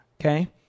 Okay